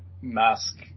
mask